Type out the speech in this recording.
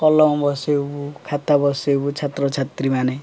କଲମ ବସାଇବୁ ଖାତା ବସାଇବୁ ଛାତ୍ର ଛାତ୍ରୀମାନେ